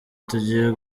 tugiye